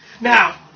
Now